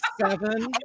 Seven